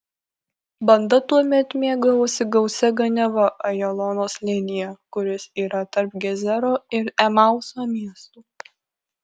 banda tuomet mėgavosi gausia ganiava ajalono slėnyje kuris yra tarp gezero ir emauso miestų